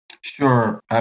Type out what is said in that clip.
Sure